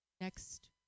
next